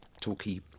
talky